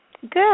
Good